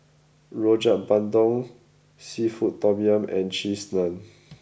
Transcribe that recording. Rojak Bandung Seafood Tom Yum and Cheese Naan